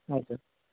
होय सर